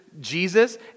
Jesus